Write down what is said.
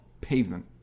pavement